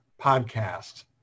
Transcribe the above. podcast